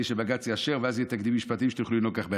בלי שבג"ץ יאשר ואז יהיו תקדימים משפטיים ותוכלו לנהוג כך בעתיד?